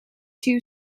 two